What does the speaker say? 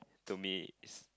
to me is